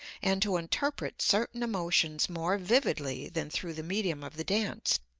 and to interpret certain emotions more vividly than through the medium of the dance.